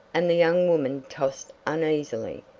and the young woman tossed uneasily.